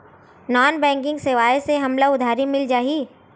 Non banking सेवाएं से हमला उधारी मिल जाहि?